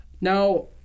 Now